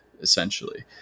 essentially